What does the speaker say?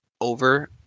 over